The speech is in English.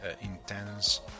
intense